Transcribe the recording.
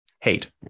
hate